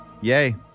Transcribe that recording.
Yay